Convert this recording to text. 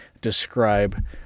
describe